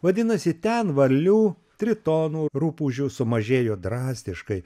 vadinasi ten varlių tritonų rupūžių sumažėjo drastiškai